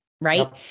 Right